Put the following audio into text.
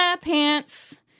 pants